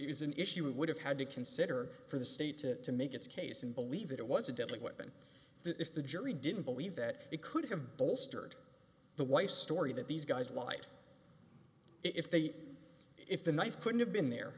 is an issue it would have had to consider for the state it to make its case and believe it was a deadly weapon if the jury didn't believe that it could have bolstered the wife's story that these guys light if they if the knife could have been there